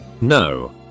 No